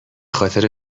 خاطر